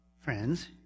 friends